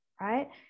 right